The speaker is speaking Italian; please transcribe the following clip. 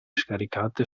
scaricate